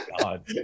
God